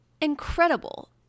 incredible